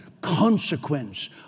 consequence